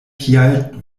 kial